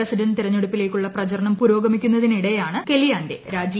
president തെരഞ്ഞെടുപ്പിലേക്കുള്ള പ്രചരണം പുരോഗമിക്കുന്നതിനിടെയാണ് കെല്ലിയാന്റെ രാജി